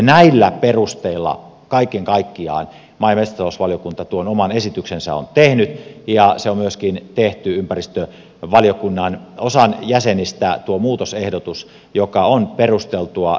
näillä perusteilla kaiken kaikkiaan maa ja metsätalousvaliokunta tuon oman esityksensä on tehnyt ja on myöskin tehty ympäristövaliokunnan osan jäsenistä toimesta tuo muutosehdotus joka on perusteltu